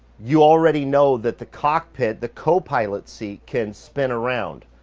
you already know that the cockpit, the co-pilot seat can spin around,